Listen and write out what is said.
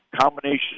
combination